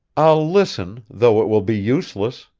i'll listen, though it will be useless,